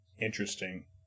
interesting